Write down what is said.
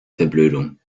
verblödung